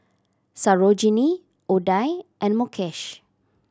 Sarojini Udai and Mukesh